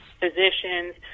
physicians